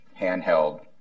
handheld